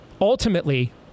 ultimately